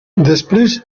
després